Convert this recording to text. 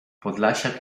podlasiak